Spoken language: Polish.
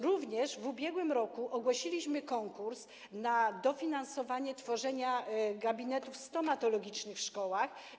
Również w ubiegłym roku ogłosiliśmy konkurs na dofinansowanie tworzenia gabinetów stomatologicznych w szkołach.